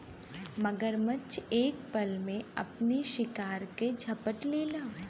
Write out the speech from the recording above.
मगरमच्छ एक पल में अपने शिकार के झपट लेला